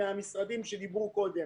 מנציגי המשרדים שדיברו קודם